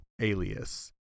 alias